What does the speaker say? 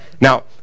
Now